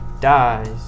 dies